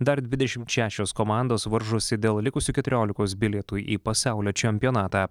dar dvidešimt šešios komandos varžosi dėl likusių keturiolikos bilietų į pasaulio čempionatą